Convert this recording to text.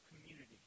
community